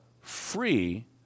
free